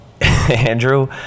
andrew